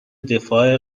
دفاع